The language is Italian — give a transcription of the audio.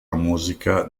musica